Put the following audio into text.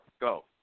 go